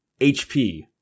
HP